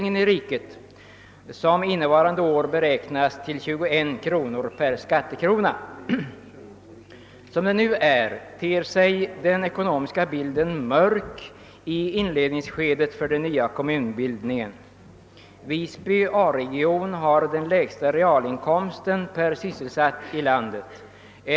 Som det nu är ter sig den ekonomiska bilden mörk i inledningsskedet för den nya kommunbildningen. Visby A-region har den lägsta realinkomsten per sysselsatt i landet.